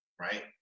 right